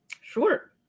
Sure